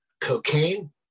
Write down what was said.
cocaine